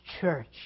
church